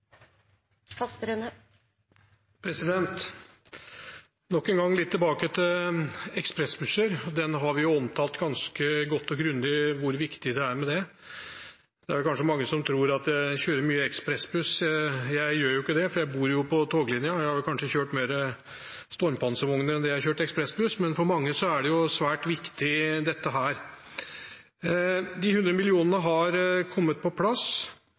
Nok en gang litt tilbake til ekspressbusser. Vi har omtalt ganske godt og grundig hvor viktig det er med det. Det er vel kanskje mange som tror at jeg kjører mye ekspressbuss. Jeg gjør ikke det, for jeg bor på toglinjen. Jeg har vel kanskje kjørt mer stormpanservogner enn det jeg har kjørt ekspressbuss, men for mange er dette svært viktig. De 100 mill. kr har kommet på plass.